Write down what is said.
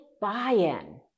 buy-in